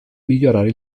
migliorare